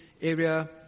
area